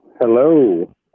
Hello